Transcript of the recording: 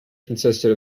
consisted